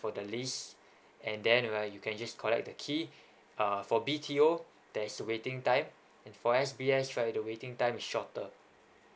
for the list and then uh you can just collect the key uh for B_T_O there's waiting time and for S_B_F right the waiting time is shorter